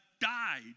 died